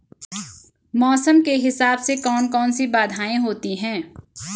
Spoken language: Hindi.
मौसम के हिसाब से कौन कौन सी बाधाएं होती हैं?